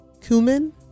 cumin